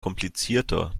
komplizierter